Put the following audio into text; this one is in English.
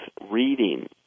reading